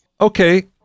Okay